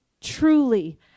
truly